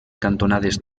cantonades